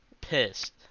pissed